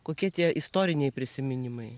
kokie tie istoriniai prisiminimai